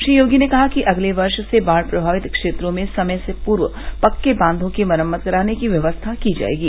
श्री योगी ने कहा कि अगले वर्ष से बाढ़ प्रभावित क्षेत्रों में समय से पूर्व पक्के बांधों की मरम्मत कराने की व्यवस्था की जायेगी